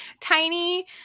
tiny